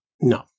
No